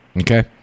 Okay